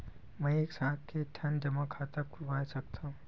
मैं एक साथ के ठन जमा खाता खुलवाय सकथव?